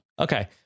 Okay